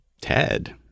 Ted